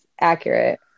accurate